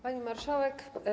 Pani Marszałek!